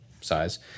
size